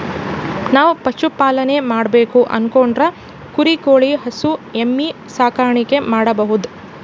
ನಾವ್ ಪಶುಪಾಲನೆ ಮಾಡ್ಬೇಕು ಅನ್ಕೊಂಡ್ರ ಕುರಿ ಕೋಳಿ ಹಸು ಎಮ್ಮಿ ಸಾಕಾಣಿಕೆ ಮಾಡಬಹುದ್